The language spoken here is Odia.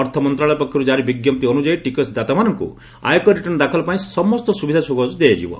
ଅର୍ଥମନ୍ତ୍ରଣାଳୟ ପକ୍ଷରୁ ଜାରି ବିଜ୍ଞପ୍ତି ଅନୁଯାୟୀ ଟିକସ ଦାତାମାନଙ୍କୁ ଆୟକର ରିଟର୍ଶ୍ଣ ଦାଖଲ ପାଇଁ ସମସ୍ତ ସୁବିଧା ଯୋଗାଇ ଦିଆଯିବ